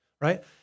Right